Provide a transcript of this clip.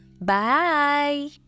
Bye